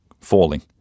falling